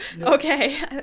okay